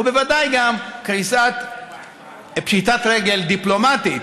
ובוודאי גם פשיטת רגל דיפלומטית,